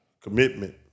commitment